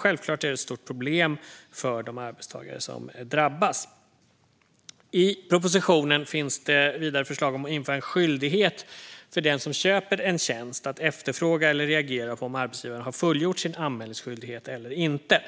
Självklart är det ett stort problem för de arbetstagare som drabbas. I propositionen finns vidare förslag om att införa en skyldighet för den som köper en tjänst att efterfråga eller reagera på om arbetsgivaren har fullgjort sin anmälningsskyldighet eller inte.